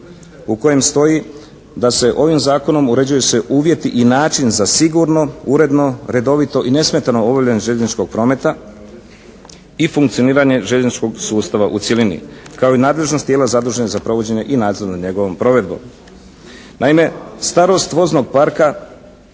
u kojem stoji, da se ovim zakonom, uređuju se uvjeti i način za sigurno, uredno, redovito i nesmetano obavljanje željezničkog prometa i funkcioniranje željezničkog sustava u cjelini, kao i nadležnost tijela zadužen za provođenje i nadzor nad njegovom provedbom. Naime, starost voznog parka